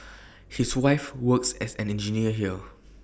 his wife works as an engineer here